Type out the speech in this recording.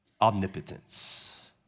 omnipotence